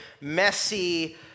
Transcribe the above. messy